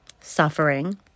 suffering